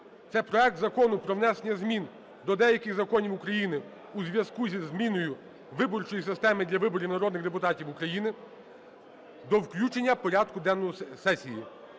Це проект Закону про внесення змін до деяких законів України у зв'язку зі зміною виборчої системи для виборів народних депутатів України. До включення до порядку денного сесії.